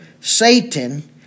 Satan